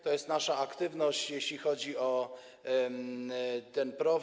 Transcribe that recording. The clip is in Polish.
To jest nasza aktywność, jeśli chodzi o ten PROW.